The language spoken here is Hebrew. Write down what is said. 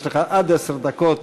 יש לך עד עשר דקות